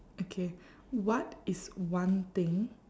okay what is one thing